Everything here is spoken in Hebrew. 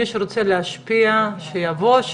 מי שרוצה להשפיע שיבוא,